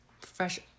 fresh